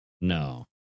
No